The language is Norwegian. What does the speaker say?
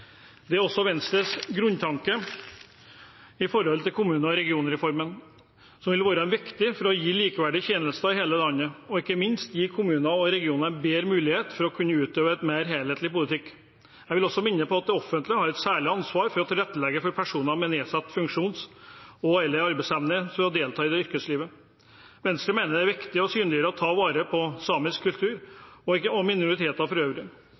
Dette er også Venstres grunntanke når det gjelder kommune- og regionreformen, som vil være viktig for å gi likeverdige tjenester i hele landet, og ikke minst gi kommuner og regioner bedre mulighet til å kunne utøve en mer helhetlig politikk. Jeg vil også minne om at det offentlige har et særlig ansvar for å tilrettelegge for at personer med nedsatt funksjons- og/eller arbeidsevne kan delta i yrkeslivet. Venstre mener det er viktig å synliggjøre og ta vare på samisk kultur og minoriteter